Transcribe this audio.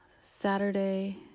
Saturday